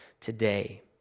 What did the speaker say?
today